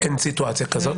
אין סיטואציה כזאת?